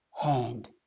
hand